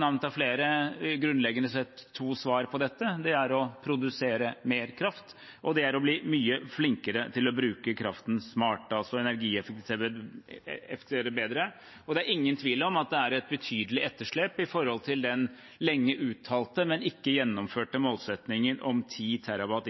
av flere, grunnleggende sett to svar på dette. Det er å produsere mer kraft, og det er å bli mye flinkere til å bruke kraften smart, altså bedre energieffektivisering. Og det er ingen tvil om at det er et betydelig etterslep i forhold til den lenge uttalte, men ikke gjennomførte målsettingen om en innsparing på